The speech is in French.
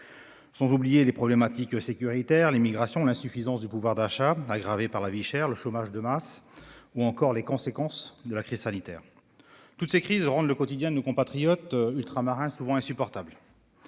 ajoutent les problématiques sécuritaires, l'immigration, l'insuffisance du pouvoir d'achat aggravée par la vie chère, le chômage de masse ou encore les conséquences de la crise sanitaire. Toutes ces crises rendent le quotidien de nos compatriotes ultramarins souvent insupportable.